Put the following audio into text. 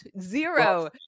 Zero